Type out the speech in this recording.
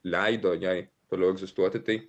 leido jai toliau egzistuoti tai